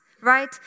right